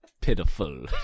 Pitiful